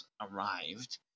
arrived